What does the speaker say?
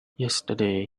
yesterday